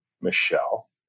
Michelle